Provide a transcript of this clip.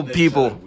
people